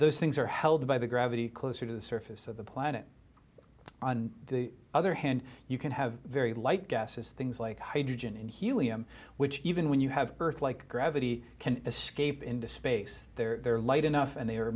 those things are held by the gravity closer to the surface of the planet on the other hand you can have very light gases things like hydrogen and helium which even when you have earth like gravity can escape into space they're light enough and they